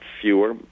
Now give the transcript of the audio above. fewer